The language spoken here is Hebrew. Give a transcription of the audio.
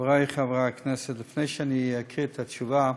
חברי חברי הכנסת, לפני שאני אקריא את התשובה,